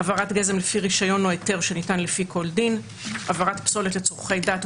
הבערת גזם לפי רישיון או היתר שניתן לפי כל דין; הבערת פסולת לצורכי דת,